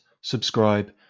subscribe